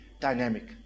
dynamic